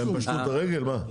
והם פשטו את הרגל מה?